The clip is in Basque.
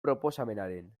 proposamenaren